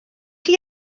chi